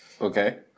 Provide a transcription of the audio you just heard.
Okay